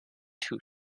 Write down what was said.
two